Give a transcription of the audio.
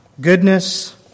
goodness